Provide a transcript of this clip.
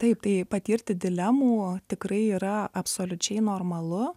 taip tai patirti dilemų tikrai yra absoliučiai normalu